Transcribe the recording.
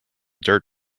dirt